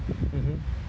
mmhmm